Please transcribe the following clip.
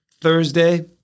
Thursday